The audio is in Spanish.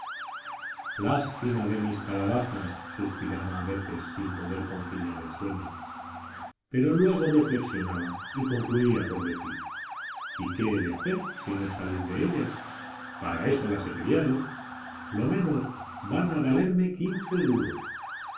lástima de mis calabazas suspiraba a veces sin poder conciliar el sueño pero luego reflexionaba y concluía por decir y qué he de hacer sino salir de ellas para eso las he criado lo menos van a valerme quince duros